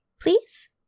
Please